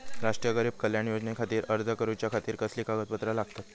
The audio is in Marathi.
राष्ट्रीय गरीब कल्याण योजनेखातीर अर्ज करूच्या खाती कसली कागदपत्रा लागतत?